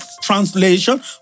Translation